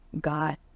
God